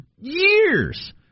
years